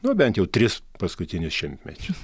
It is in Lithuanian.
nu bent jau tris paskutinius šimtmečius